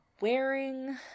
wearing